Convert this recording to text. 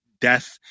death